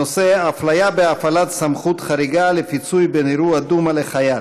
הנושא: אפליה בהפעלת סמכות חריגה לפיצוי בין אירוע דומא לחייל.